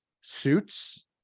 suits